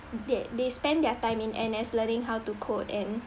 they they spend their time in N_S learning how to code and